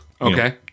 Okay